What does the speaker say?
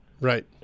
Right